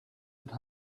would